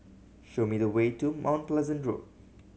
show me the way to Mount Pleasant Road